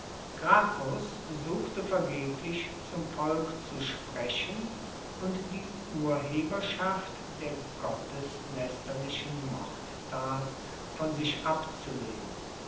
gracchus suchte vergeblich zum volk zu sprechen und die urheberschaft der gotteslästerlichen mordtat von sich abzulehnen